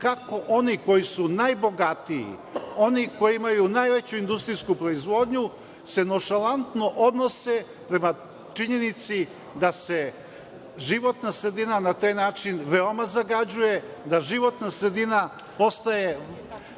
Kako oni koji su najbogatiji, oni koji imaju najveću industrijsku proizvodnju se nonšalantno odnose prema činjenici da se životna sredina na taj način veoma zagađuje, da životna sredina postaje